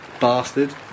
Bastard